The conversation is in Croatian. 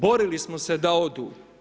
Borili smo se da odu.